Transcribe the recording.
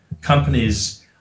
companies